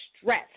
stress